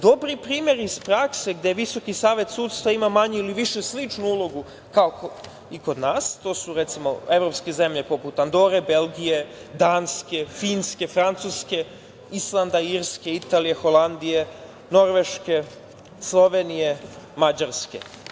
Dobar primer iz prakse gde VSS ima manje ili više sličnu ulogu kao i kod nas, to su recimo evropske zemlje poput Andore, Belgije, Danske, Finske, Francuske, Islanda, Irske, Italije, Holandije, Norveške, Slovenije, Mađarske.